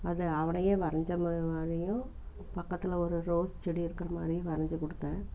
அது அவனையே வரைஞ்ச மாதிரியும் பக்கத்தில் ஒரு ரோஸ் செடி இருக்கிற மாதிரியும் வரைஞ்சு கொடுத்தேன்